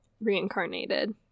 reincarnated